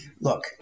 look